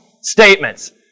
statements